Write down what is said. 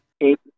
eight